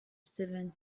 seven